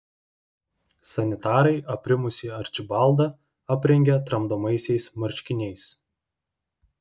sanitarai aprimusį arčibaldą aprengė tramdomaisiais marškiniais